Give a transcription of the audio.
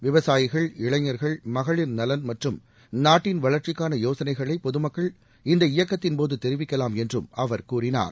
விவசாயிகள் இளைஞா்கள் மகளிா் நலன் மற்றும் நாட்டின் வளா்ச்சிக்கான யோசனைகளை பொதுமக்கள் இந்த இயக்கத்தின் போது தெரிவிக்கலாம் என்றும் அவர் கூறினார்